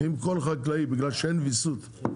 בגלל שאין ויסות,